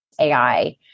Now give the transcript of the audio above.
AI